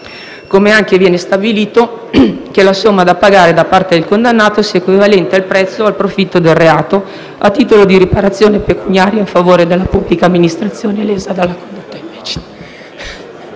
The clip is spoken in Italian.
come anche viene stabilito che la somma da pagare da parte del condannato sia equivalente al prezzo o al profitto del reato a titolo di riparazione pecuniaria in favore della pubblica amministrazione lesa dalla condotta illecita.